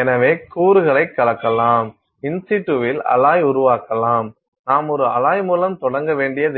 எனவே கூறுகளை கலக்கலாம் இன்சிட்டுவில் அலாய் உருவாக்கலாம் நாம் ஒரு அலாய் மூலம் தொடங்க வேண்டியதில்லை